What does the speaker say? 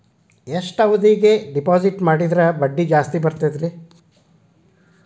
ಎಷ್ಟು ಅವಧಿಗೆ ಡಿಪಾಜಿಟ್ ಮಾಡಿದ್ರ ಬಡ್ಡಿ ಜಾಸ್ತಿ ಬರ್ತದ್ರಿ?